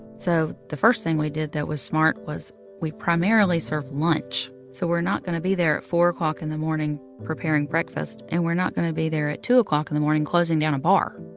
so the first thing we did that was smart was we primarily served lunch. so we're not going to be there at four o'clock in the morning preparing breakfast, and we're not going to be there at two o'clock in the morning closing down a bar.